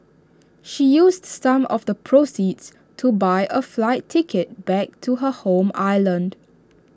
she used some of the proceeds to buy A flight ticket back to her home island